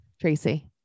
Tracy